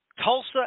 Tulsa